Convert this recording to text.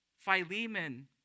Philemon